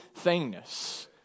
thingness